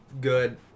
good